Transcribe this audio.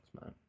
man